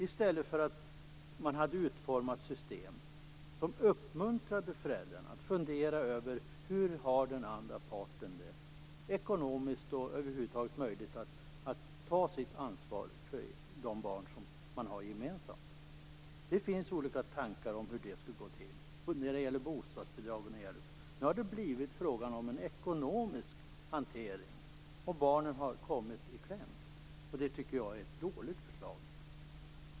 I stället kunde man ha utformat ett system som uppmuntrade föräldrarna att fundera på hur stor möjlighet den andra parten har, ekonomiskt och på annat sätt, att ta sitt ansvar för de barn som de har gemensamt. Det finns olika tankar om hur det skulle gå till, när det gäller bostadsbidrag och annat. Nu har det blivit en fråga om ekonomisk hantering, och barnen har kommit i kläm. Jag tycker att det är ett dåligt förslag.